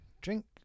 Drink